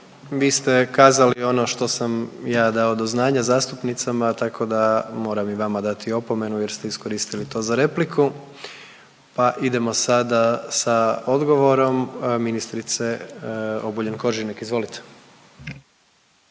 vi ste kazali ono što sam ja dao do znanja zastupnicama, tako da moram i vama dati opomenu jer ste iskoristili to za repliku, pa idemo sada sa odgovorom ministrice Obuljen-Koržinek. Izvolite.